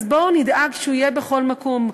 בואו נדאג שהוא יהיה בכל מקום.